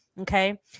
okay